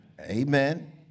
Amen